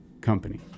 company